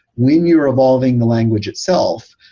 when you're evolving the language itself,